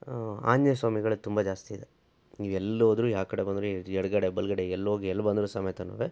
ಆಂಜನೇಯ ಸ್ವಾಮಿಗಳೆ ತುಂಬ ಜಾಸ್ತಿ ಇದೆ ನೀವು ಎಲ್ಲಿ ಹೋದ್ರೂ ಯಾವ ಕಡೆ ಬಂದರೂ ಎಡಗಡೆ ಬಲಗಡೆ ಎಲ್ಲೋಗಿ ಎಲ್ಲಿ ಬಂದರೂ ಸಮೇತನುವೆ